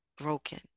broken